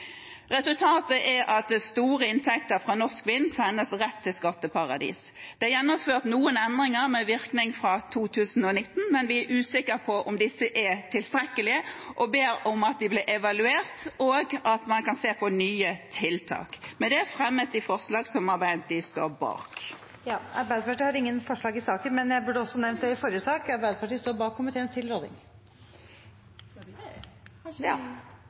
Resultatet er at store inntekter fra norsk vind sendes rett til skatteparadis. Det er gjennomført noen endringer med virkning fra 2019, men vi er usikker på om disse er tilstrekkelige. Vi ber om at de blir evaluert, og at man kan se på nye tiltak. Regjeringa har sett seg ambisiøse mål. Elektrifisering av Noreg er eitt av dei måla me jobbar med for å gje vårt bidrag for å oppfylla Parisavtala. For oss her i